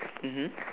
mmhmm